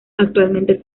actualmente